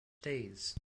days